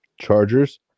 Chargers